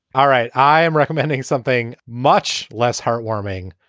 all right i am recommending something much less heartwarming,